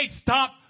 stop